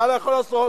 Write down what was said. מה אתה יכול לעשות?